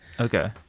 Okay